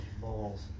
balls